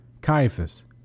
Caiaphas